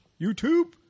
YouTube